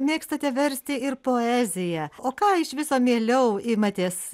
mėgstate versti ir poeziją o ką iš viso mieliau imatės